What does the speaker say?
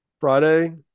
Friday